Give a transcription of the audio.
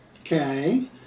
Okay